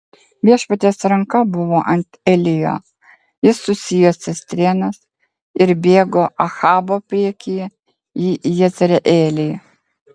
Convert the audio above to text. viešpaties ranka buvo ant elijo jis susijuosė strėnas ir bėgo ahabo priekyje į jezreelį